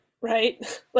right